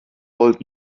volt